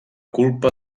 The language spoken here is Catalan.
culpa